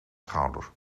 schouder